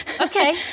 Okay